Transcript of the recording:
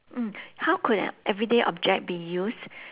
mm how could an everyday object be used